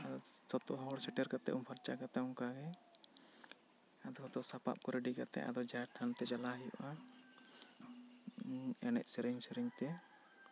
ᱟᱫᱚ ᱡᱷᱚᱛᱚ ᱦᱚᱲ ᱥᱮᱴᱮᱨ ᱠᱟᱛᱮᱜ ᱩᱢ ᱯᱷᱟᱨᱪᱟ ᱠᱟᱛᱮᱜ ᱚᱱᱠᱟ ᱜᱮ ᱟᱫᱚ ᱠᱚ ᱥᱟᱯᱟᱵ ᱠᱚ ᱨᱮᱰᱤ ᱠᱟᱛᱮᱜ ᱟᱫᱚ ᱡᱟᱦᱮᱨ ᱛᱷᱟᱱ ᱛᱮ ᱪᱟᱞᱟᱣ ᱦᱩᱭᱩᱜᱼᱟ ᱮᱱᱮᱡ ᱥᱮᱨᱮᱧ ᱥᱮᱨᱮᱧ ᱛᱮ